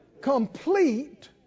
complete